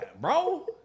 bro